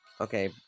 Okay